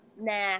Nah